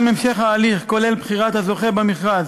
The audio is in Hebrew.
גם המשך ההליך, כולל בחירת הזוכה במכרז